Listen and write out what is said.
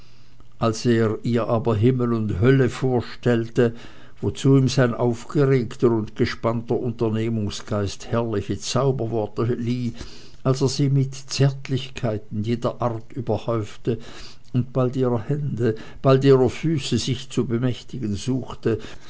als er ihr aber himmel und hölle vorstellte wozu ihm sein aufgeregter und gespannter unternehmungsgeist herrliche zauberworte lieh als er sie mit zärtlichkeiten jeder art überhäufte und bald ihrer hände bald ihrer füße sich zu bemächtigen suchte